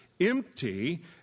empty